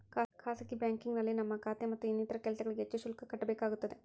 ಖಾಸಗಿ ಬ್ಯಾಂಕಿಂಗ್ನಲ್ಲಿ ನಮ್ಮ ಖಾತೆ ಮತ್ತು ಇನ್ನಿತರ ಕೆಲಸಗಳಿಗೆ ಹೆಚ್ಚು ಶುಲ್ಕ ಕಟ್ಟಬೇಕಾಗುತ್ತದೆ